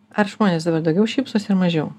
ar žmonės dabar daugiau šypsosi ar mažiau